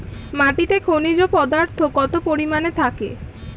মাটিতে খনিজ পদার্থ কত পরিমাণে থাকে?